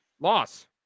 loss